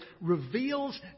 reveals